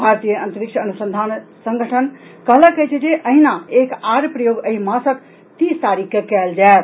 भारतीय अंतरिक्ष अनुसंधान संगठन कहलक अछि जे अहिना एक आओर प्रयोग एहि मासक तीस तारीख के कयल जायत